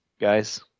guys